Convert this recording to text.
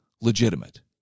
legitimate